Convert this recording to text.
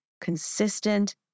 consistent